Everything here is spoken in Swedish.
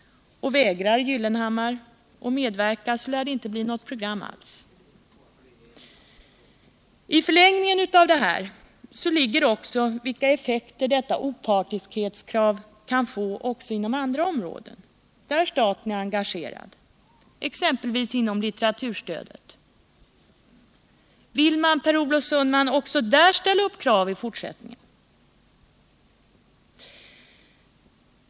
Och vägrar Gyllenhammar att medverka så lär det inte bli något program alls. I förlängningen av detta ligger också vilka effekter detta opartiskhetskrav kan få inom andra områden där staten är engagerad, exempelvis litteraturstödet. Vill man, Per Olof Sundman, också där ställa upp krav i fortsättningen?